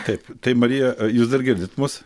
taip tai marija jūs dar girdit mus